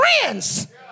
friends